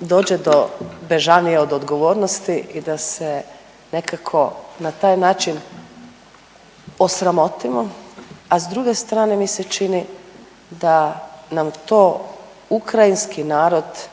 dođe do bežanije od odgovornosti i da se nekako na taj način osramotimo, a s druge strane mi se čini da nam to ukrajinski narod